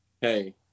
hey